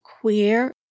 Queer